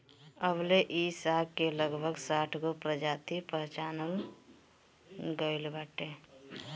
अबले इ साग के लगभग साठगो प्रजाति पहचानल गइल बाटे